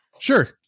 sure